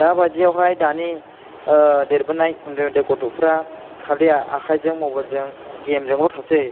दा बायदियावहाय दानि देरबोनाय उन्दै उन्दै गथ'फ्रा खालि आखायजों मबाइल जों गेम जोंल' थासै